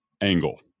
angle